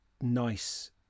nice